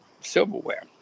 silverware